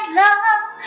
love